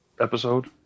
episode